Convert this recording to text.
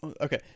okay